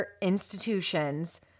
institutions